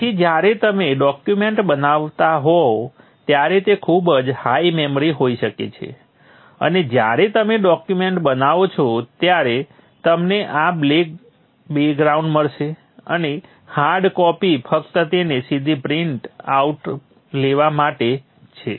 તેથી જ્યારે તમે ડોક્યૂમેન્ટ બનાવતા હોય ત્યારે જે ખૂબ જ હાઇ મેમરી હોઈ શકે છે અને જ્યારે તમે ડોક્યૂમેન્ટ બનાવો છો ત્યારે તમને આ બ્લેક બેકગ્રાઉન્ડ મળશે અને હાર્ડ કોપી ફક્ત તેને સીધી પ્રિન્ટ આઉટ લેવા માટે છે